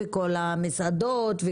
מסעדות,